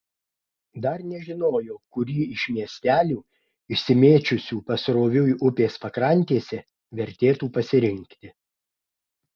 dar nežinojo kurį iš miestelių išsimėčiusių pasroviui upės pakrantėse vertėtų pasirinkti